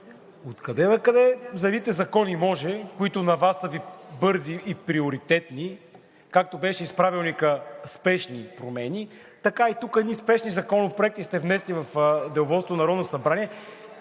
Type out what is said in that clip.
откъде-накъде за едните закони може, които на Вас са Ви бързи и приоритетни, както беше с Правилника – спешни промени, така и тук едни спешни законопроекти сте внесли в